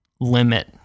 limit